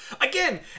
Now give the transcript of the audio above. again